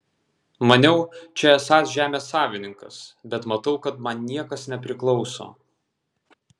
maniau čia esąs žemės savininkas bet matau kad man niekas nepriklauso